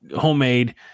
homemade